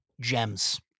Gems